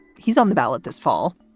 he's on the ballot this fall.